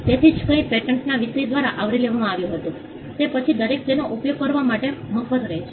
તેથી જે કંઈ પેટન્ટના વિષય દ્વારા આવરી લેવામાં આવ્યું હતું તે પછી દરેક તેનો ઉપયોગ કરવા માટે મફત રહેશે